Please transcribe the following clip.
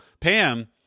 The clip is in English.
Pam